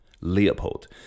Leopold